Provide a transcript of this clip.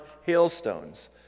hailstones